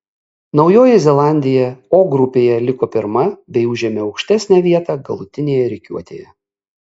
naujoji zelandija o grupėje liko pirma bei užėmė aukštesnę vietą galutinėje rikiuotėje